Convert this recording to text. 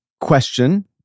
question